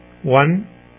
one